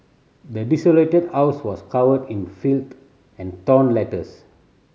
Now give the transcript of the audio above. the desolated house was covered in filth and torn letters